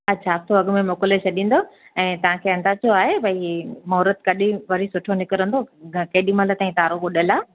अच्छा त अॻिमें मोकिले छॾींदव ऐं तव्हांखे अंदाज़ो आहे भई मुहूर्त कॾहिं वरी सुठो निकिरंदो केॾीमहिल ताईं तारो बुॾलु आहे